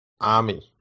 army